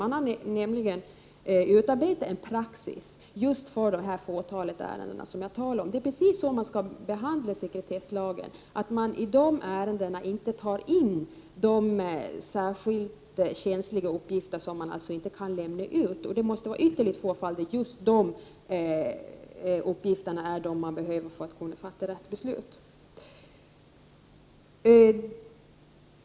Man har nämligen utarbetat en praxis just för detta fåtal ärenden som jag talar om. Det är precis så sekretesslagen skall behandlas — i de ärendena tar man inte in de särskilt känsliga uppgifter som inte kan lämnas ut. Det måste vara ytterligt få fall där just de uppgifterna är de man behöver för att kunna fatta rätt beslut.